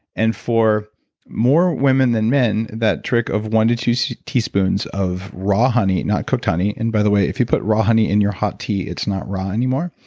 and for more women than men, that trick of one to two so teaspoons of raw honey, not cooked honey, and by the way, if you put raw honey in your hot tea, it's not raw anymore.